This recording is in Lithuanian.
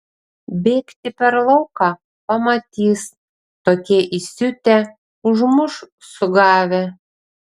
bėgti per lauką pamatys tokie įsiutę užmuš sugavę